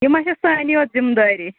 یِہ مَہ چھِ سٲنی یٲژ ذِمہ دٲری